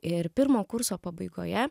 ir pirmo kurso pabaigoje